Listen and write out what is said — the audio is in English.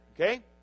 okay